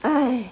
!hais!